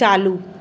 चालू